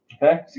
Okay